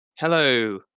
Hello